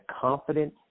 confident